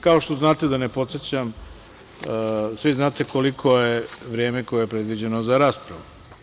Kao što znate, da ne podsećam, svi znate koliko je vreme koje je predviđeno za raspravu.